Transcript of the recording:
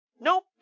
Nope